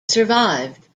survived